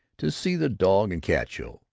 to see the dog and cat show.